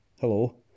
hello